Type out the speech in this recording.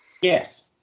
Yes